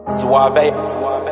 Suave